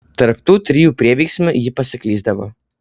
tarp tų trijų prieveiksmių ji pasiklysdavo